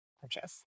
purchase